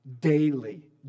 daily